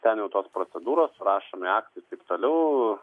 ten jau tos procedūros surašomi aktai taip toliau